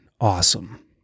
awesome